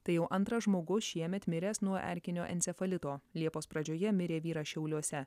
tai jau antras žmogus šiemet miręs nuo erkinio encefalito liepos pradžioje mirė vyras šiauliuose